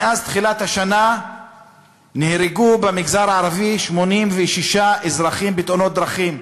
מאז תחילת השנה נהרגו במגזר הערבי 86 אזרחים בתאונות דרכים,